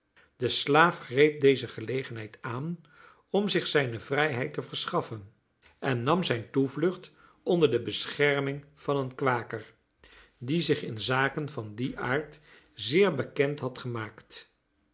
de slaaf greep deze gelegenheid aan om zich zijne vrijheid te verschaffen en nam zijn toevlucht onder de bescherming van een kwaker die zich in zaken van dien aard zeer bekend had gemaakt